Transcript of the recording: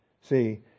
See